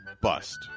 bust